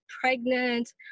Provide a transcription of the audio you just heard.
pregnant